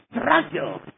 struggle